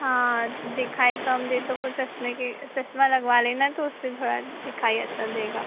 हाँ दिखाई कम दे तो वह चश्मे के चश्मा लगवा लेना तो उससे थोड़ा दिखाई अच्छा देगा